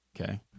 Okay